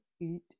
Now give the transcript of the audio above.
eat